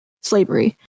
slavery